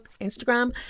Instagram